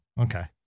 okay